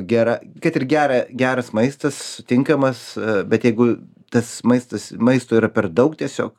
gera kad ir gerą geras maistas tinkamas bet jeigu tas maistas maisto yra per daug tiesiog